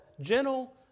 gentle